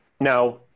now